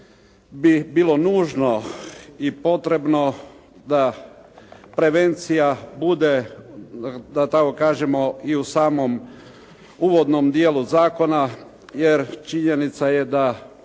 bi bilo nužno i potrebno da prevencija bude da tako kažemo i u samom uvodnom dijelu zakona jer činjenica je da